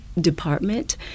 department